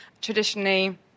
traditionally